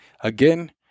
Again